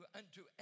unto